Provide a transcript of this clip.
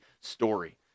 story